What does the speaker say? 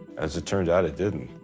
as it turned out, it didn't.